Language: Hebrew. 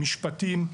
משפטים,